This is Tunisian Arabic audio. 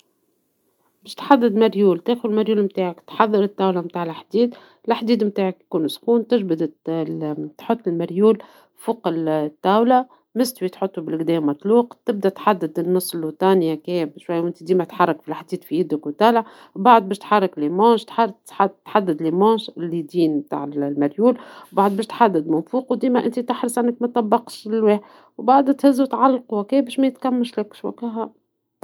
باش تحدد مريول ، تاخذ مريول نتاعك وتحضر الطاولة نتاع الحديد الحديد نتاعك يكون سخون ، تجبد تحط المريول فوق الطاولة ، مستوي تحطو بالقدا مطلوق ، تبدى تحدد النص لوطاني هكايا ديما تحرك الحديد في يدك وطالع ، ومن بعد باش تحرك لي مونش تحدد لي مونش اليدين نتااع المريول ، ومن بعد باش تحدد من فوقو ديما أنت تحرص متطبقش الواحد ، ومن بعد تهزو تعلقوا هكا وباش ميتكمشلكش واكهو.